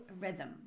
rhythm